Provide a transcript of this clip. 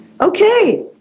okay